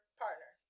partner